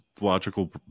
logical